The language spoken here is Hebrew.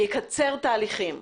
זה יקצר תהליכים.